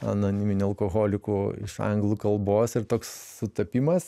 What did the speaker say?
anoniminių alkoholikų iš anglų kalbos ir toks sutapimas